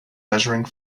measuring